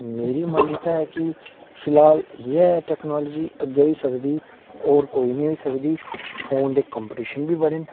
ते मेरी मान्यता ऐ कि फिलहाल एह् ऐ टेक्नोलॉजी अग्गें होई सकदी होर कोई निं होई सकदी फोन ते कम्पीटिशन बी बड़े न